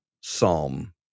Psalm